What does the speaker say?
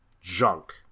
junk